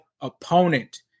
opponent